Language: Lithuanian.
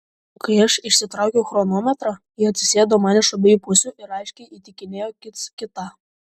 kai aš išsitraukiau chronometrą jie atsisėdo man iš abiejų pusių ir aiškiai įtikinėjo kits kitą